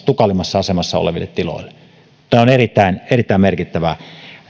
tukalimmassa asemassa oleville tiloille tämä on erittäin erittäin merkittävä